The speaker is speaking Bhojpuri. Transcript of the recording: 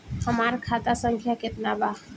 हमार खाता संख्या केतना बा?